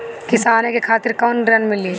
किसान के खातिर कौन ऋण मिली?